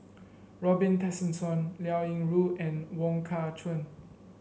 Robin Tessensohn Liao Yingru and Wong Kah Chun